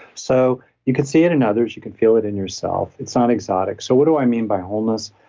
so you could see it in others, you can feel it in yourself it's not exotic so what do i mean by wholeness?